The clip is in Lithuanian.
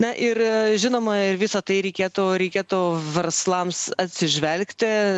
na ir žinoma ir visa tai reikėtų reikėtų verslams atsižvelgti